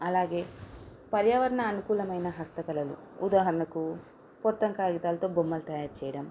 అలాగే పర్యావరణ అనుకూలమైన హస్తకళలు ఉదాహరణకు పొత్తం కాగితాలతో బొమ్మలు తయారు చేయడం